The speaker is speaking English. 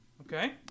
Okay